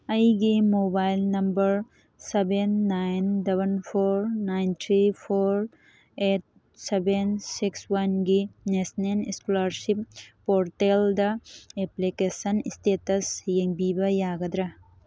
ꯑꯩꯒꯤ mobile number seven nine double four nine three four eight seven six ꯋꯥꯟꯒꯤ national scholarship ꯄꯣꯔꯇꯦꯜꯗ application status ꯌꯦꯡꯕꯤꯕ ꯌꯥꯒꯗ꯭ꯔꯥ